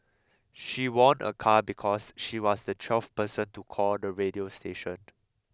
she won a car because she was the twelfth person to call the radio station